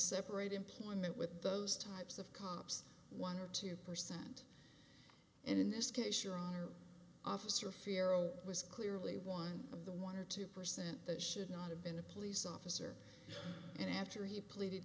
separate employment with those types of cops one or two percent in this case your honor officer fiero was clearly one of the one or two percent that should not have been a police officer and after he pleaded